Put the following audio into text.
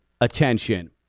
attention